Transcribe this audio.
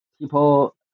People